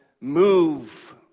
move